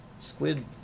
Squid